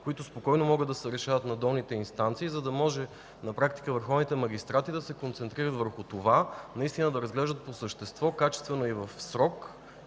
които спокойно могат да се решават на долните инстанции, за да могат на практика върховните магистрати да се концентрират върху това да разглеждат по същество, качествено и в срок,